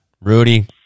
Rudy